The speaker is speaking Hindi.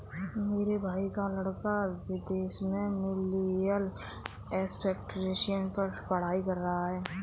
मेरे भाई का लड़का विदेश में मिलेनियल एंटरप्रेन्योरशिप पर पढ़ाई कर रहा है